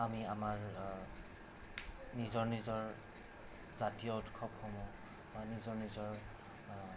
আমি আমাৰ নিজৰ নিজৰ জাতীয় উৎসৱসমূহ বা নিজৰ নিজৰ